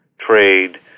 trade